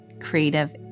creative